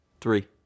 Three